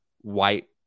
white